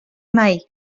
mai